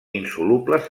insolubles